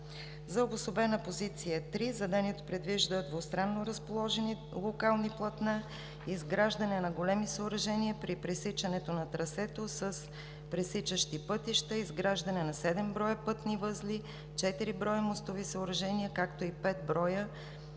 За Обособена позиция № 3 – заданието предвижда двустранно разположени локални платна, изграждане на големи съоръжения при пресичанията на трасето с пресичащи пътища: изграждане на 7 броя пътни възли, 4 броя мостови съоръжения, както и 5 броя